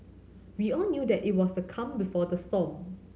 we all knew that it was the calm before the storm